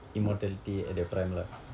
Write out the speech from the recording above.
immortality at their prime lah